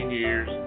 years